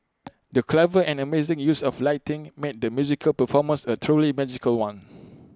the clever and amazing use of lighting made the musical performance A truly magical one